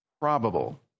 probable